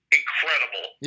incredible